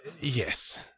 yes